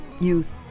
Youth